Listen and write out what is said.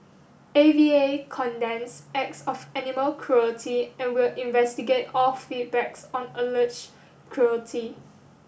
A V A condemns acts of animal cruelty and will investigate all feedback's on alleged cruelty